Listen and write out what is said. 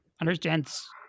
understands